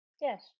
Yes